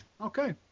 Okay